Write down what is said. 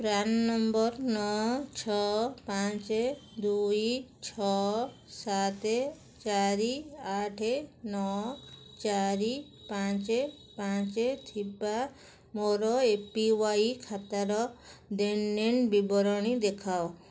PRAN number ନଅ ଛଅ ପାଞ୍ଚ ଦୁଇ ଛଅ ସାତ ଚାରି ଆଠ ନଅ ଚାରି ପାଞ୍ଚ ପାଞ୍ଚ ଥିବା ମୋର ଏ ପି ୱାଇ ଖାତାର ଦେଣନେଣ ବିବରଣୀ ଦେଖାଅ